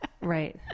Right